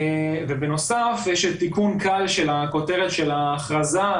ובנוסף יש תיקון קל של הכותרת של ההכרזה,